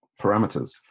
parameters